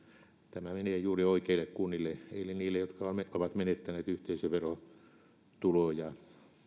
tämä menee juuri oikeille kunnille eli niille jotka ovat menettäneet yhteisöverotuloja